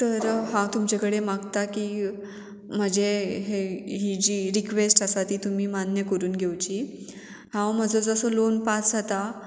तर हांव तुमचे कडेन मागता की म्हजे हे ही जी रिक्वेस्ट आसा ती तुमी मान्य करून घेवची हांव म्हजो जसो लोन पास जाता